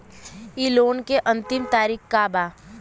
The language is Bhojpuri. इ लोन के अन्तिम तारीख का बा?